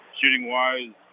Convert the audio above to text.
Shooting-wise